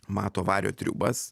mato vario triūbas